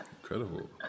Incredible